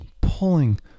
pulling